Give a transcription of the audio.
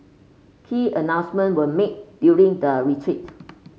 key announcement were made during the retreat